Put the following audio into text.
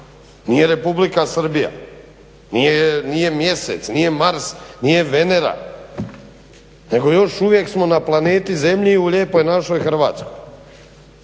Nije Republika Srbija, nije Mjesec, nije Mars, nije Venera. Nego još uvijek smo na planeti zemlji u lijepoj našoj Hrvatskoj.